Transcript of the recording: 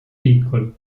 piccoli